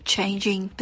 Changing